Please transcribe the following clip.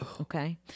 Okay